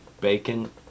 bacon